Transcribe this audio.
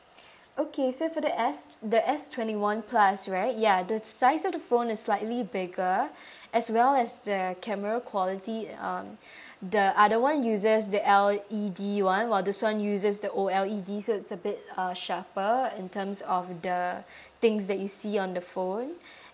okay so for the S the S twenty one plus right ya the size of the phone is slightly bigger as well as the camera quality um the other one uses the L_E_D [one] while this [one] uses the O_L_E_D so it's a bit uh sharper in terms of the things that you see on the phone